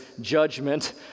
judgment